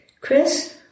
Chris